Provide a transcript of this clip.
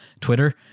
Twitter